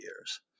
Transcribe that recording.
years